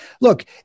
look